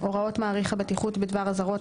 2. הוראות מעריך הבטיחות בדבר אזהרות,